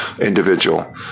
individual